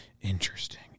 Interesting